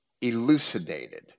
elucidated